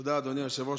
תודה, אדוני היושב-ראש.